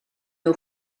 nhw